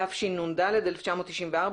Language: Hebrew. תשנ"ד-1994,